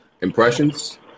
Impressions